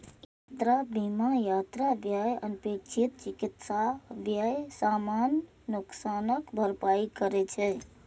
यात्रा बीमा यात्रा व्यय, अनपेक्षित चिकित्सा व्यय, सामान नुकसानक भरपाई करै छै